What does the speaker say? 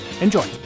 Enjoy